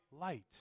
light